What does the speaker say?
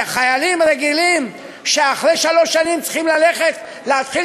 חיילים רגילים שאחרי שלוש שנים צריכים ללכת להתחיל